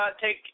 take –